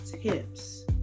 tips